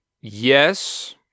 yes